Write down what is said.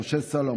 משה סולומון,